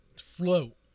Float